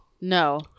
No